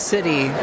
City